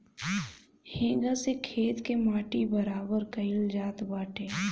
हेंगा से खेत के माटी बराबर कईल जात बाटे